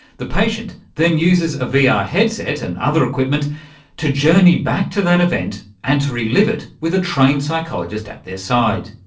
the patient then uses a vr yeah ah headset and other equipment to journey back to that event and to relive it with a trained psychologist at their side.